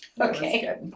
Okay